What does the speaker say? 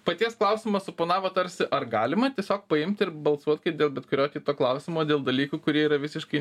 paties klausimo suponavo tarsi ar galima tiesiog paimt ir balsuot kad dėl bet kurio kito klausimo dėl dalykų kurie yra visiškai